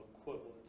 equivalent